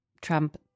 Trump